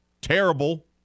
Terrible